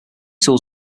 tools